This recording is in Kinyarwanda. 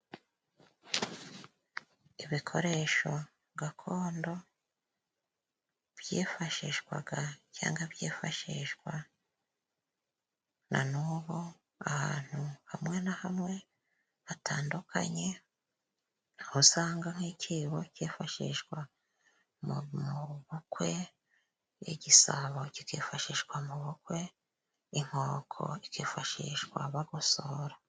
Ibikoresho gakondo byifashishwaga cyangwa byifashishwa na n'ubu ahantu hamwe na hamwe hatandukanye, aho usanga nk'icyibo cyifashishwa mu bukwe, igisabo kikifashishwa mu bukwe, inkoko ikifashishwa bagosora.